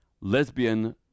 lesbian